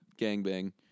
gangbang